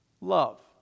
Love